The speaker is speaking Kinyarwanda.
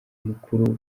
mukuru